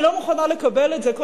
אני לא מוכנה לקבל את זה.